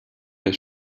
der